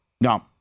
No